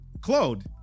Claude